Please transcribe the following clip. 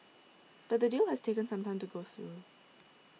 but the deal has taken some time to go through